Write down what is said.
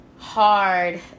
hard